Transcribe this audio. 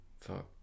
Fuck